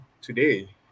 today